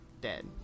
dead